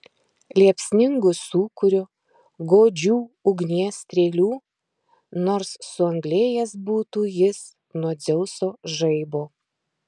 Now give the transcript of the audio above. liepsningu sūkuriu godžių ugnies strėlių nors suanglėjęs būtų jis nuo dzeuso žaibo